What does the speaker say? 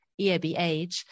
EABH